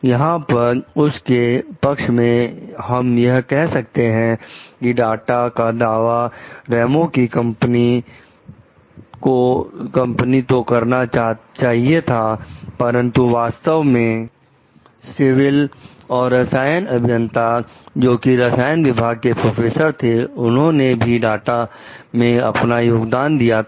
यहां पर उस के पक्ष में हम यह कह सकते हैं कि डाटा का दावा रेनू की कंपनी तो करना चाहिए था परंतु वास्तव में सिविल और रसायन अभियंता जोकि रसायन विभाग के प्रोफेसर थे उन्होंने भी डाटा में अपना योगदान किया था